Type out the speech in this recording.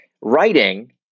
Writing